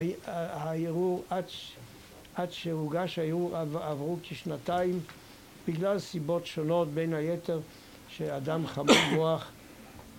הערעור עד שהוגש הערעור עברו כשנתיים בגלל סיבות שונות בין היתר שאדם חמום מוח